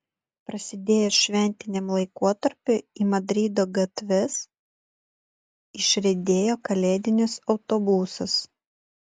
prasidėjus šventiniam laikotarpiui į madrido gatves išriedėjo kalėdinis autobusas